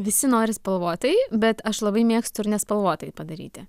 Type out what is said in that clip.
visi nori spalvotai bet aš labai mėgstu ir nespalvotai padaryti